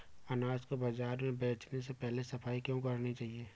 अनाज को बाजार में बेचने से पहले सफाई क्यो करानी चाहिए?